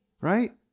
right